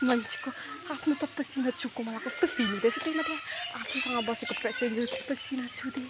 मान्छेको आफ्नो त पसिना चुहिको मलाई कस्तो घिन हुँदैछ आफूसँग बसेको पेसेन्जरको पसिना चुहिदै